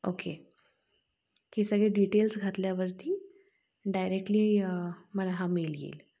okay ती सगळे details घातल्यावरती डायरेक्टली मला हा मेल येईल